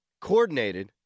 coordinated